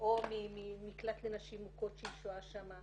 או ממקלט לנשים מוכות שהיא שוהה שם,